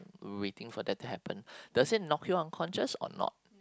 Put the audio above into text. waiting for that to happen does that knock you out unconscious or not